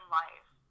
life